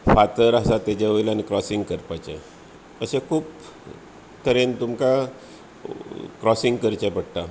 फातर आसा ताजे वयल्यान क्रॉसींग करपाचें अशें खूब तरेन तुमकां क्रॉसींग करचें पडटा